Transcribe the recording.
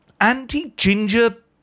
anti-ginger